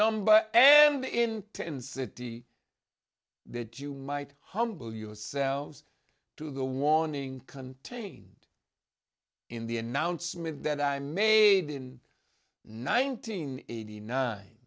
number and intensity that you might humble yourselves to the warning contained in the announcement that i made in nineteen eighty nine